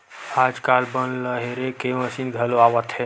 आजकाल बन ल हेरे के मसीन घलो आवत हे